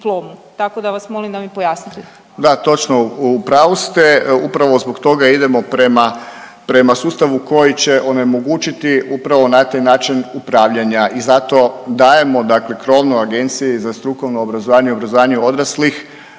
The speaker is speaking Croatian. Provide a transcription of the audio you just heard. tako da vas molim da mi pojasnite. **Paljak, Tomislav** Da, točno. U pravu ste. Upravo zbog toga idemo prema sustavu koji će onemogućiti upravo na taj način upravljanja i zato dajemo, dakle krovnoj agenciji za strukovno obrazovanje i obrazovanje odraslih